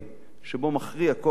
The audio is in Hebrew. שבו מכריע כוח השרירים,